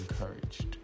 encouraged